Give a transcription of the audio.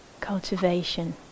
Cultivation